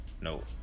No